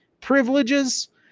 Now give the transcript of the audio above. privileges